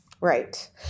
Right